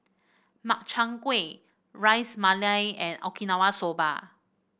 Makchang Gui Ras Malai and Okinawa Soba